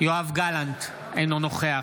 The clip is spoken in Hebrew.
יואב גלנט, אינו נוכח